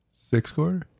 Six-quarter